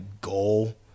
goal